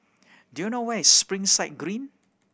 do you know where is Springside Green